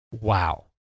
Wow